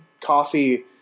Coffee